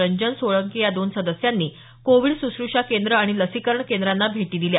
रंजन सोळंकी या दोन सदस्यांनी कोविड सुशृषा केंद्र आणि लसीकरण केंद्रांना भेटी दिल्या